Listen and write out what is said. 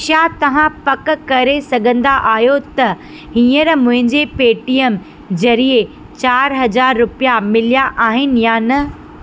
छा तव्हां पक करे सघंदा आहियो त हींअर मुंहिंजे पेटीएम ज़रिए चारि हज़ार रुपिया मिलिया आहिनि या न